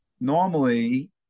Normally